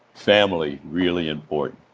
family, really important.